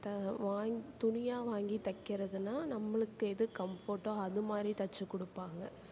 த வாங்கி துணியாக வாங்கி தைக்கறதுன்னா நம்மளுக்கு எது கம்ஃபர்ட்டோ அது மாதிரி தைச்சிக் கொடுப்பாங்க